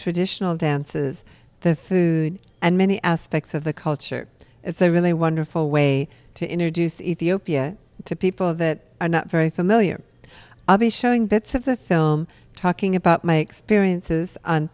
traditional dances the food and many aspects of the culture it's a really wonderful way to introduce ethiopia to people that are not very familiar obvious showing bits of the film talking about my experiences on